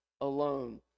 alone